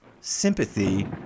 sympathy